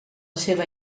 seva